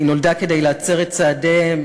היא נולדה כדי להצר את צעדיהם,